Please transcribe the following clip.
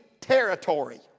territory